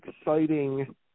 exciting